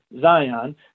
Zion